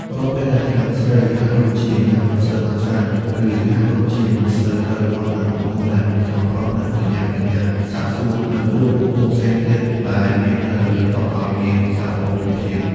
រាល់ពេលដែលខាងស្រីហាក់ដូចជាញ៉ាំមិនសូវបានច្រើន ឬហាក់ដូចជាមិនសូវត្រូវមាត់នឹងមុខម្ហូបណាមួយ ខាងប្រុសនឹងប្រញាប់ប្រញាល់សាកសួរ និងដួសមុខម្ហូបផ្សេងទៀតដែលមាននៅលើតុឱ្យនាងសាកល្បងភ្លាមៗ។